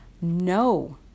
No